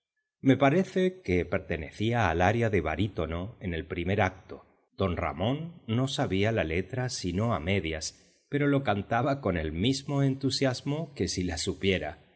me parece que pertenecía al aria de barítono en el primer acto don ramón no sabía la letra sino a medias pero lo cantaba con el mismo entusiasmo que si la supiera